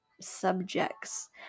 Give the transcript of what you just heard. subjects